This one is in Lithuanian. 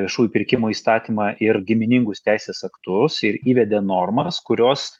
viešųjų pirkimų įstatymą ir giminingus teisės aktus ir įvedė normas kurios